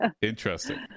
interesting